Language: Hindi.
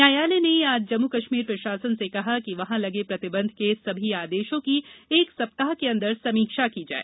न्यायालय ने आज जम्मू कश्मीर प्रशासन से कहा कि वहां लगे प्रतिबंध के सभी आदेशों की एक सप्ताह के अंदर समीक्षा की जाए